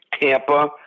Tampa